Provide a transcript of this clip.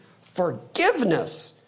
forgiveness